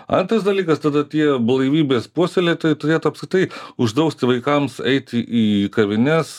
antras dalykas tada tie blaivybės puoselėtojai turėtų apskritai uždrausti vaikams eiti į kavines